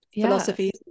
philosophies